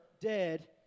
dead